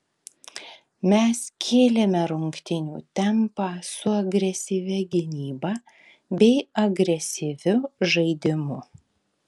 mes kėlėme rungtynių tempą su agresyvia gynyba bei agresyviu žaidimu